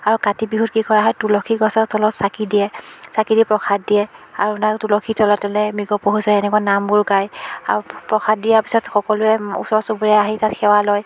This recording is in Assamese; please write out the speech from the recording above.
আৰু কাতি বিহুত কি কৰা হয় তুলসী গছৰ তলত চাকি দিয়ে চাকি দি প্ৰসাদ দিয়ে আৰু তাৰ তুলসীৰ তলে তলে মৃগ পহু চৰে এনেকুৱা নামবোৰ গায় আৰু প্ৰসাদ দিয়াৰ পিছত সকলোৱে ওচৰ চুবুৰীয়াই আহি তাত সেৱা লয়